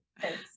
Thanks